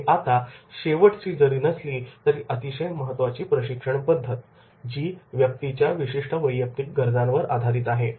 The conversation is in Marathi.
आणि आता शेवटची जरी नसली तरी अतिशय महत्त्वाची प्रशिक्षण पद्धत जी व्यक्तीच्या विशिष्ट वैयक्तिक गरजांवर आधारित आहे